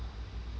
I know ah